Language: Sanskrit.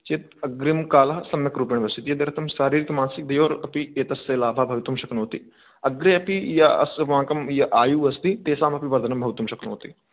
चेत् अग्रिमकालः सम्यक् रूपेण दर्शति एतदर्थं शारीरिकमानसिकं द्वयोरपि एतस्य लाभाः भवितुं शक्नोति अग्रे अपि या अस्माकम् आयुः अस्ति तेषामपि वर्धनं भवितुं शक्नोति